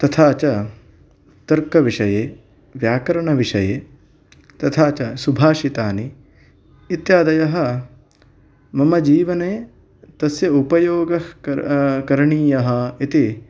तथा च तर्कविषये व्याकरणविषये तथा च सुभाषितानि इत्यादयः मम जीवने तस्य उपयोगः करणीयः इति